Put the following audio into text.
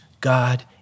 God